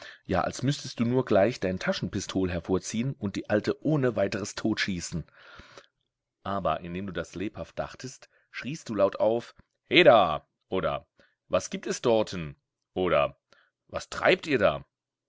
ja als müßtest du nur gleich dein taschenpistol hervorziehen und die alte ohne weiteres totschießen aber indem du das lebhaft dachtest schriest du laut auf heda oder was gibt es dorten oder was treibt ihr da